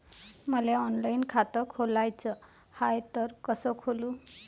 मले ऑनलाईन खातं खोलाचं हाय तर कस खोलू?